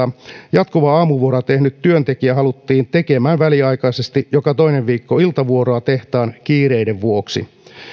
jatkuvaa aamuvuoroa tehnyt työntekijä haluttiin tekemään väliaikaisesti joka toinen viikko iltavuoroa tehtaan kiireiden vuoksi